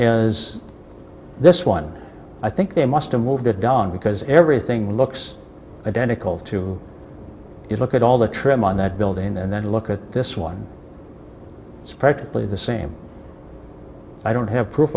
as this one i think they must have moved it gone because everything looks identical to it look at all the trim on that building and then look at this one it's practically the same i don't have proof